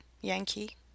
Yankee